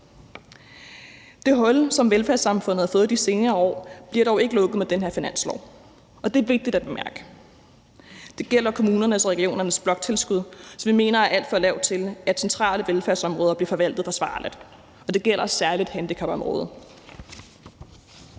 Det hul, som velfærdssamfundet har fået de senere år bliver dog ikke lukket med den her finanslov, og det er vigtigt at bemærke. Det gælder kommunernes og regionernes bloktilskud, som vi mener er alt for lavt til, at centrale velfærdsområder bliver forvaltet forsvarligt, og det gælder særlig handicapområdet.